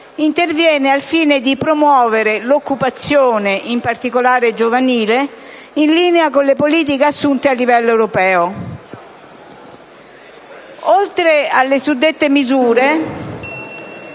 interviene al fine di promuovere l'occupazione, in particolare quella giovanile, in linea con le politiche assunte a livello europeo. Oltre alle suddette misure,